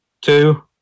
two